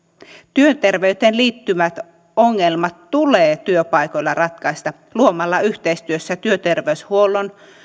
työterveyteen liittyvät ongelmat tulee työpaikoilla ratkaista luomalla yhteistyössä työterveyshuollon